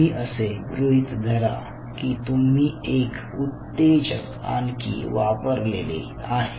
तुम्ही असे गृहीत धरा की तुम्ही एक उत्तेजक आणखी वापरलेले आहे